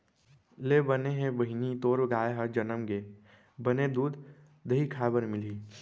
ले बने हे बहिनी तोर गाय ह जनम गे, बने दूद, दही खाय बर मिलही